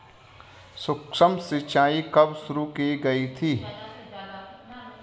सूक्ष्म सिंचाई कब शुरू की गई थी?